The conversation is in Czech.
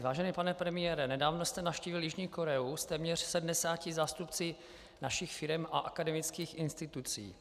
Vážený pane premiére, nedávno jste navštívil Jižní Koreu s téměř 70 zástupci našich firem a akademických institucí.